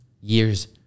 years